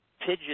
pigeon